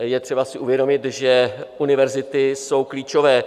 Je třeba si uvědomit, že univerzity jsou klíčové.